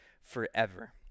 forever